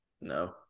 No